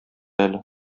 әле